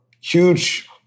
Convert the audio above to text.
huge